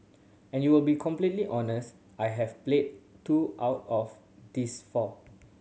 and you will be completely honest I have played two out of these four